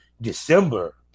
December